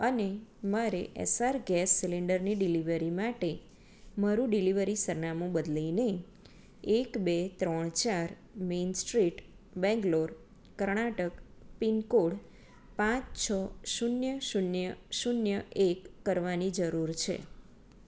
અને મારે એસ્સાર ગેસ સીલિન્ડરની ડિલીવરી માટે મારું ડિલીવરી સરનામું બદલીને એક બે ત્રણ ચાર main street Bangalore Karnataka pin code પાંચ છ શૂન્ય શૂન્ય શૂન્ય એક કરવાની જરૂર છે